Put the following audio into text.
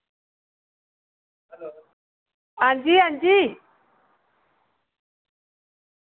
हां जी हां जी